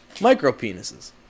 micro-penises